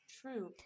True